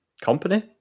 Company